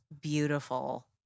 beautiful